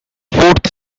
fourth